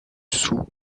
sous